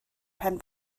pen